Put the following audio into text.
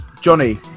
Johnny